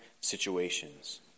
situations